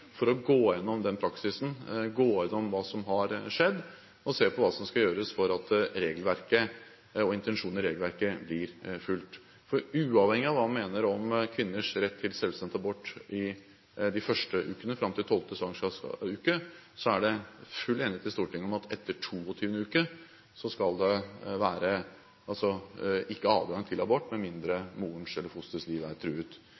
for å gå gjennom denne praksisen, gå gjennom hva som har skjedd, og se på hva som skal gjøres for at regelverket og intensjonen i regelverket blir fulgt. Uavhengig av hva man mener om kvinners rett til selvbestemt abort i de første ukene fram til 12. svangerskapsuke, er det full enighet i Stortinget om at etter 22. uke skal det ikke være adgang til abort med mindre morens eller fosterets liv er truet.